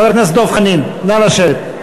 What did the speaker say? חבר הכנסת דב חנין, נא לשבת.